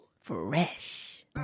Fresh